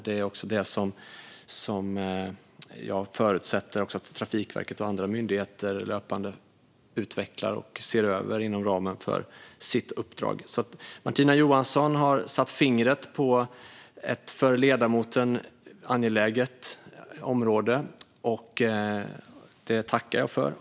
Det är något som jag förutsätter att Trafikverket och andra myndigheter löpande utvecklar och ser över inom ramen för sitt uppdrag. Martina Johansson har satt fingret på ett för ledamoten angeläget område. Det tackar jag för.